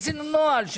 עשינו נוהל,